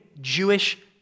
Jewish